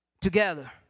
together